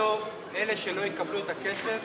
בסוף אלה שלא יקבלו את הכסף